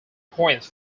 points